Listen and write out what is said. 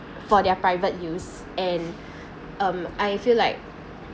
for their private use and um I feel like